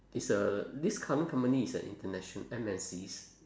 it's a this current company is a international M_N_Cs